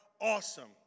Awesome